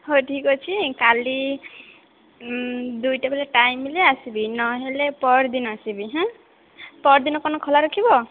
ହଉ ଠିକ୍ ଅଛି କାଲି ଦୁଇଟା ବେଳେ ଟାଇମ୍ ହେଲେ ଆସିବି ନ ହେଲେ ପହରଦିନ ଆସିବି ପହରଦିନ ତୁମେ ଖୋଲା ରଖିବ